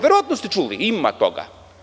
Verovatno ste čuli, ima toga.